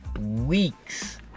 weeks